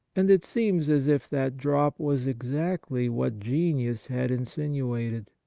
and it seems as if that drop was exactly what genius had insinuated.